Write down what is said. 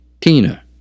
Tina